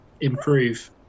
improve